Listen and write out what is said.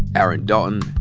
aaron dalton,